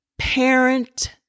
Parent